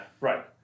right